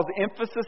emphasis